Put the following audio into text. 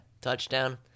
touchdown